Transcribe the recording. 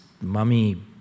mummy